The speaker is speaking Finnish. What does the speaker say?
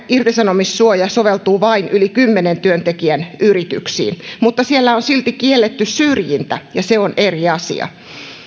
irtisanomissuoja soveltuu vain yli kymmenen työntekijän yrityksiin mutta siellä on silti kielletty syrjintä ja se on eri asia